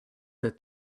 that